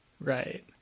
Right